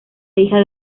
hija